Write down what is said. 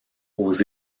aux